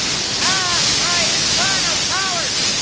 ah my infernal powers!